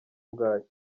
bwaki